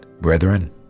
Brethren